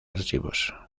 archivos